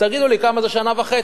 תגידו לי כמה זה שנה וחצי?